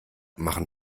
machen